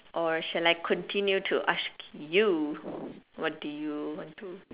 or shall I continue to ask you what do you want to